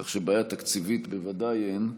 כך שבעיה תקציבית בוודאי אין,